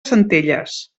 centelles